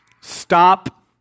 stop